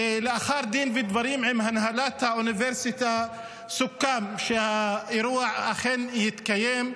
ולאחר דין ודברים עם הנהלת האוניברסיטה סוכם שהאירוע אכן יתקיים.